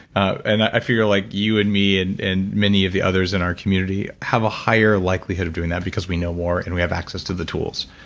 ah and i figure like you and me and and many of the others in our community have a higher likelihood of doing that because we know more and we have access to the tools.